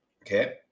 Okay